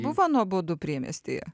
buvo nuobodu priemiestyje